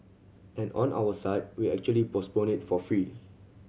and on our side we actually postpone it for free